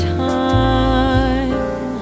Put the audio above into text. time